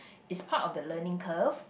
it's part of the learning curve